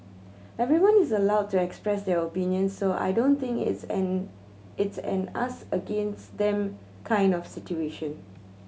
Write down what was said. everyone is allowed to express their opinions so I don't think it's an it's an us against them kind of situation